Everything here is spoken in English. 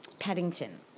Paddington